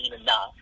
enough